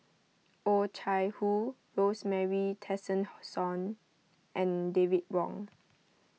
Oh Chai Hoo Rosemary Tessensohn and David Wong